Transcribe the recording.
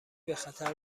بخطر